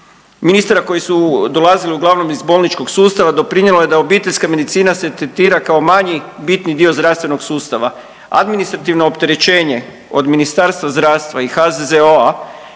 ministara koji su dolazili uglavnom iz bolničkog sustava doprinjelo je da obiteljska medicina se tretira kao manji bitni dio zdravstvenog sustava. Administrativno opterećenje od Ministarstva zdravstva i HZZO-a,